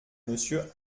monsieur